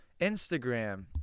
instagram